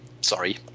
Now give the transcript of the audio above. sorry